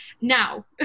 Now